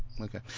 Okay